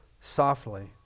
softly